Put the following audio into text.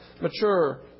mature